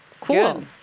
Cool